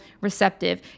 receptive